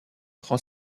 prend